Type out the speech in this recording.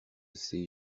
ses